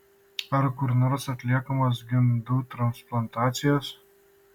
ar kur nors atliekamos gimdų transplantacijos